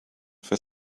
for